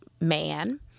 man